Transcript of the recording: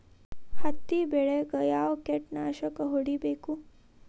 ಹತ್ತಿ ಬೆಳೇಗ್ ಯಾವ್ ಕೇಟನಾಶಕ ಹೋಡಿಬೇಕು?